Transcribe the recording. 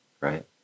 Right